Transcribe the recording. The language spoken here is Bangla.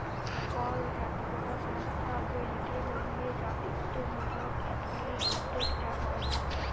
কল জাতিগত সংস্থা ব্যইলতে হ্যলে জাতিত্ত্বমূলক এথলিক উদ্যোক্তা হ্যয়